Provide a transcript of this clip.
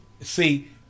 See